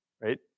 right